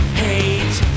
hate